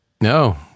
No